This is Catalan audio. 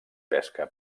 pesca